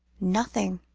nothing,